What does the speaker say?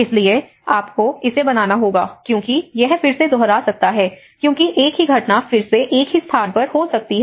इसलिए आपको इसे बनाना होगा क्योंकि यह फिर से दोहरा सकता है क्योंकि एक ही घटना फिर से एक ही स्थान पर हो सकती है